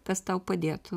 kas tau padėtų